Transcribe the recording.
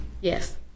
Yes